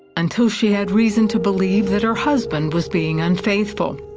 until she had reason to believe that her husband was being unfaithful.